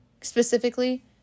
specifically